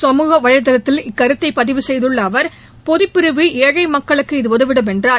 சமூய வலைதளத்தில் இக்கருத்தை பதிவு செய்துள்ள அவர் பொதுப்பிரிவு ஏழை மக்களுக்கு இது உதவிடும் என்றார்